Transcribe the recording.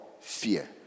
Fear